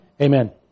Amen